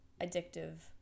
addictive